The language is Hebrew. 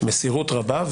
מסירות רבה,